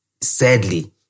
sadly